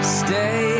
stay